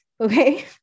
Okay